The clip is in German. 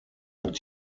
hat